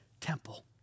temple